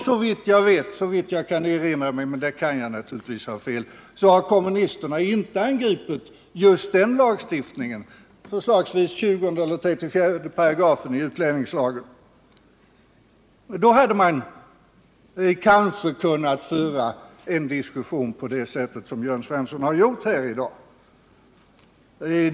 Såvitt jag kan erinra mig — men där kan jag naturligtvis ha fel — har kommunisterna emellertid inte angripit just den lagstiftningen, förslagsvis 20 eller 34 §§ utlänningslagen. Då hade man kanske kunnat föra en diskussion på det sätt som Jörn Svensson gjort här i dag.